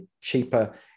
cheaper